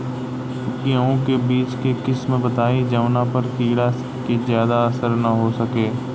गेहूं के बीज के किस्म बताई जवना पर कीड़ा के ज्यादा असर न हो सके?